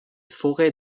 forêts